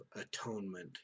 atonement